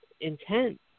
intent